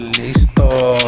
Listo